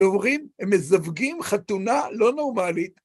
אומרים, הם מזווגים חתונה לא נורמלית.